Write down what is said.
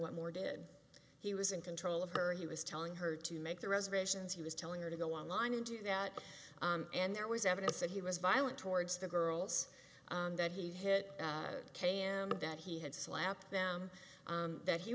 what more did he was in control of her he was telling her to make the reservations he was telling her to go online and do that and there was evidence that he was violent towards the girls that he hit and that he had slapped them that he